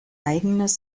eigenes